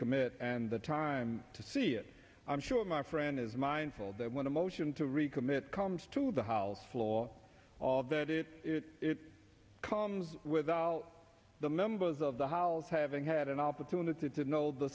recommit and the time to see it i'm sure my friend is mindful that when the motion to recommit comes to the house floor all that it comes without the members of the house having had an opportunity to know the